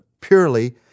purely